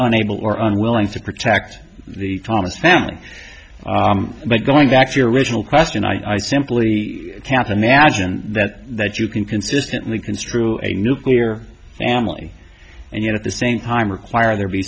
unable or unwilling to protect the thomas family but going back to your original question i simply can't imagine that that you can consistently construe a nuclear family and yet at the same time require there be